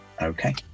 Okay